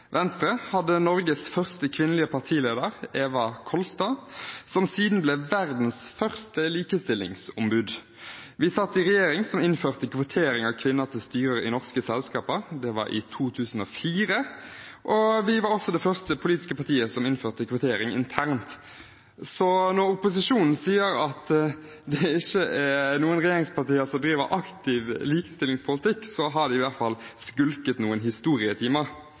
Venstre hadde Norges første kvinnelige partileder, Eva Kolstad, som siden ble verdens første likestillingsombud. Vi satt i regjeringen som innførte kvotering av kvinner til styrer i norske selskaper – det var i 2004 – og vi var også det første politiske partiet som innførte kvotering internt. Så når opposisjonen sier at det ikke er noen regjeringspartier som driver aktiv likestillingspolitikk, har de i hvert fall skulket noen historietimer.